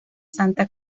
santa